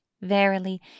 Verily